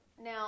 now